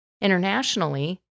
Internationally